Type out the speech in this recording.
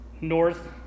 north